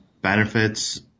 benefits